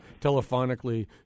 telephonically